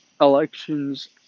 elections